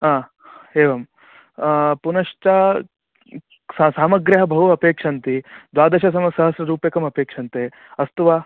एवं पुनश्च स सामग्र्यः बहु अपेक्षन्ते द्वादशसमसहस्र रूप्यकमपेक्षन्ते अस्तु वा